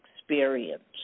experience